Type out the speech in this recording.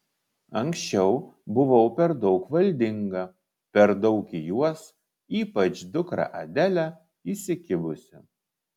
anksčiau buvau per daug valdinga per daug į juos ypač dukrą adelę įsikibusi